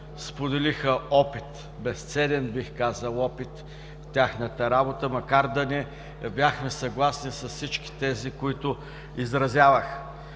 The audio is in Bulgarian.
споделиха опит – безценен бих казал, в тяхната работа, макар да не бяхме съгласни с всички тези, които изразяваха.